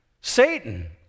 Satan